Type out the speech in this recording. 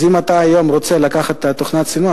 אם אתה היום רוצה לקחת את תוכנת הסינון,